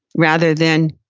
rather than,